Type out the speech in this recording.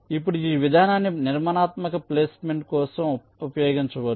ఇప్పుడు ఈ విధానాన్ని నిర్మాణాత్మక ప్లేస్మెంట్ కోసం ఉపయోగించవచ్చు